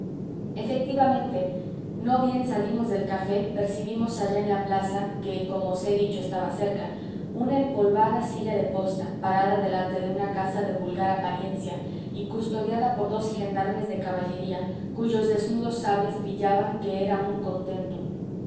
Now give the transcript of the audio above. efectivamente no bien salimos del café percibimos allá en la plaza que como os he dicho estaba cerca una empolvada silla de posta parada delante de una casa de vulgar apariencia y custodiada por dos gendarmes de caballería cuyos desnudos sables brillaban que era un contento